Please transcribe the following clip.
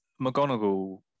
McGonagall